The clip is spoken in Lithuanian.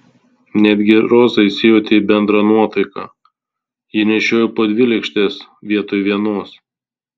netgi roza įsijautė į bendrą nuotaiką ji nešiojo po dvi lėkštes vietoj vienos